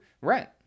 rent